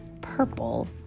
purple